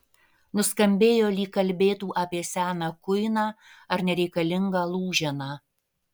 nuskambėjo lyg kalbėtų apie seną kuiną ar nereikalingą lūženą